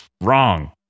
wrong